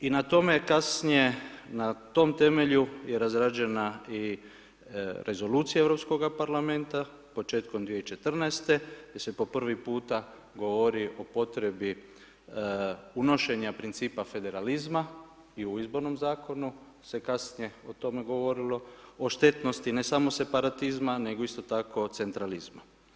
I na tome je kasnije na tom temelju je razrađena i rezolucija Europskog parlamenta početkom 2014. gdje se po prvi puta govori o potrebi unošenja principa federalizma i u izbornom zakonu se kasnije o tome govorilo, o štetnosti ne samo separatizma nego isto tako centralizma.